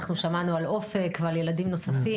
אנחנו שמענו על אופק ועל ילדים נוספים